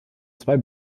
zwei